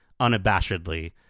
unabashedly